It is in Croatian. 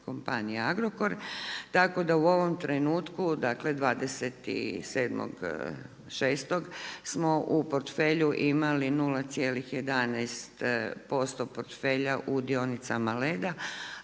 kompanija Agrokor. Tako da u ovom trenutku dakle 27.6. smo u portfelju imali 0,11% portfelja u dionicama Leda